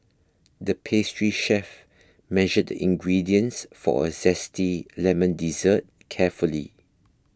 the pastry chef measured the ingredients for a Zesty Lemon Dessert carefully